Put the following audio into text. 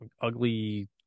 ugly